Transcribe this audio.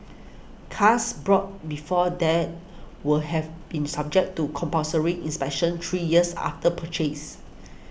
cars brought before then will have been subject to compulsory inspections three years after purchase